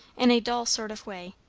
in a dull sort of way,